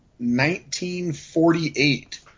1948